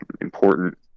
important